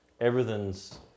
everything's